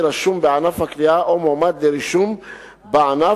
רשום בענף הקליעה או מועמד לרישום בענף,